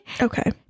Okay